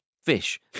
Fish